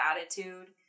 attitude